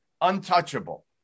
untouchable